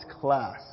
class